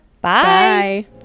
Bye